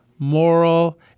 moral